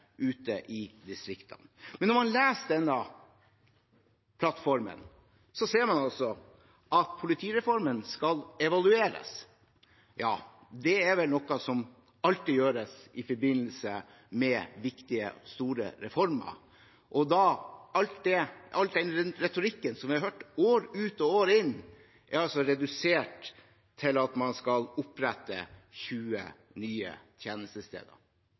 ute i distriktene. Men når man leser denne plattformen, ser man altså at politireformen skal evalueres. Ja, det er vel noe som alltid gjøres i forbindelse med viktige, store reformer. All den retorikken som vi har hørt år ut og år inn, er altså redusert til at man skal opprette 20 nye tjenestesteder.